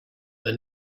they